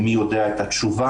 "מי יודע את התשובה?".